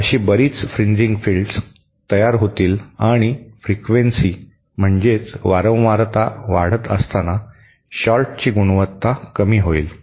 अशी बरीच fringing fields तयार होतील आणि फ्रिकवेन्सी म्हणजे वारंवारता वाढत असताना शॉर्टची गुणवत्ता कमी होईल